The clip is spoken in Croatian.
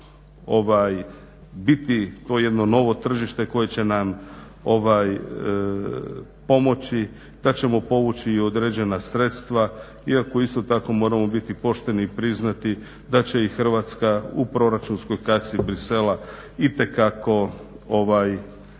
biti to jedno novo tržište koje će nam pomoći da ćemo povući i određena sredstava. Iako isto tako moramo biti pošteni i priznati da će i Hrvatska u proračunskoj kasi Bruxellesa itekako